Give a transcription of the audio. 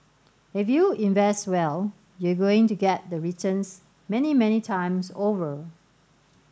if you invest well you're going to get the returns many many times over